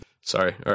sorry